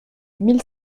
mille